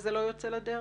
וזה לא יוצא לדרך?